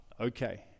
okay